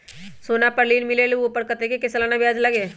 सोना पर ऋण मिलेलु ओपर कतेक के सालाना ब्याज लगे?